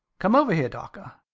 come over here, dawker.